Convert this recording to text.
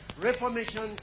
Reformation